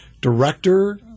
Director